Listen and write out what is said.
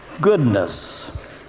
goodness